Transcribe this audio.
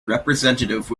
representative